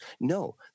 no